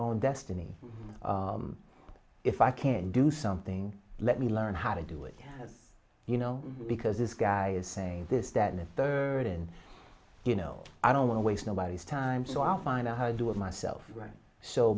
own destiny if i can do something let me learn how to do it you know because this guy is saying this that in a third and you know i don't want to waste nobody's time so i'll find out how to do it myself right so